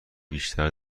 بیشتر